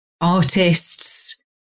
artists